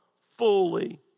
fully